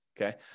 okay